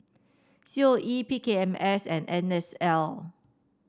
C O E P K M S and N S L